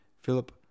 Philip